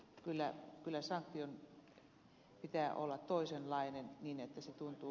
kyllä sanktion pitää olla toisenlainen niin että se tuntuu